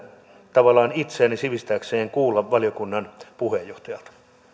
tavallaan itseäni sivistääkseni kuulla valiokunnan puheenjohtajalta